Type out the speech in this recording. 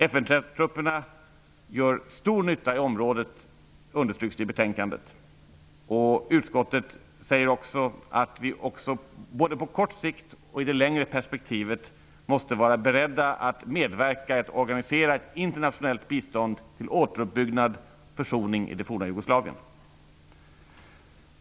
I betänkandet understryks att FN-trupperna gör stor nytta i området. Utskottet skriver också att vi både på kort sikt och i det längre perspektivet måste vara beredda att medverka när det gäller att organisera ett internationellt bistånd till återuppbyggnad och försoning i det forna Jugoslavien.